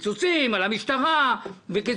קיצוצים על המשטרה ועל